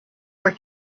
were